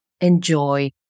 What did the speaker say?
enjoy